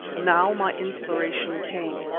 now my inspiration came.